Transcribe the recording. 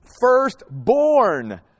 firstborn